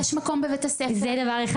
זה דבר אחד.